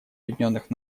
объединенных